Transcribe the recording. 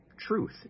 Truth